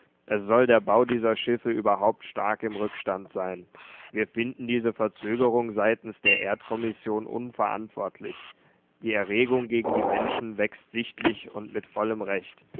es soll der bau dieser schiffe überhaupt stark im rückstand sein wir finden diese verzögerung seitens der erdkommission unverantwortlich die erregung gegen die menschen wächst sichtlich und mit vollem recht